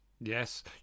Yes